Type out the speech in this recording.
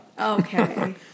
Okay